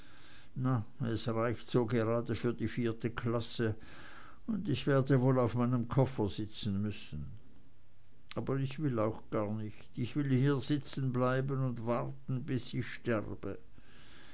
es reicht so gerade für die vierte klasse und ich werde wohl auf meinem koffer sitzen müssen aber ich will auch gar nicht ich will hier sitzen bleiben und warten bis ich sterbe